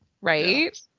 right